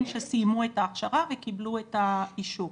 שסיימו את ההכשרה וקיבלו את האישור.